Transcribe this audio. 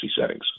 settings